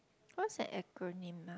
what's an acronym ah